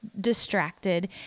distracted